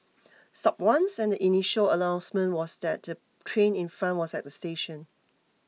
stopped once and the initial announcement was that the train in front was at the station